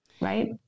right